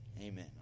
Amen